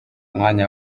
mwanya